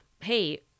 hey